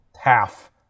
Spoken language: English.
Half